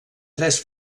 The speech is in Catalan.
tres